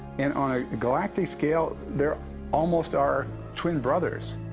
and on a galactic scale they're almost our twin brothers.